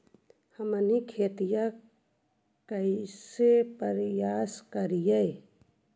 हमनी खेतीया कइसे परियास करियय?